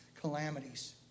calamities